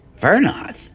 Vernoth